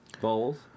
Bowls